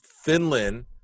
Finland